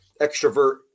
extrovert